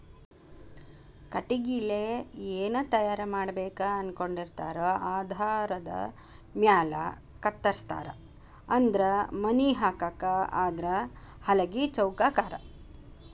ಕಟಗಿಲೆ ಏನ ತಯಾರ ಮಾಡಬೇಕ ಅನಕೊಂಡಿರತಾರೊ ಆಧಾರದ ಮ್ಯಾಲ ಕತ್ತರಸ್ತಾರ ಅಂದ್ರ ಮನಿ ಹಾಕಾಕ ಆದ್ರ ಹಲಗಿ ಚೌಕಾಕಾರಾ